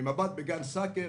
ממבט בגן סאקר,